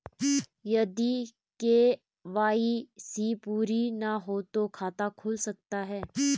यदि के.वाई.सी पूरी ना हो तो खाता खुल सकता है?